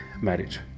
marriage